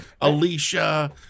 alicia